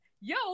yo